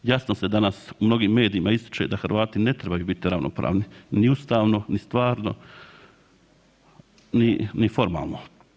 Jasno se danas u mnogim medijima ističe da Hrvati ne trebaju biti ravnopravni ni ustavno ni stvarno ni formalno.